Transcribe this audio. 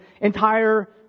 entire